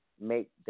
Make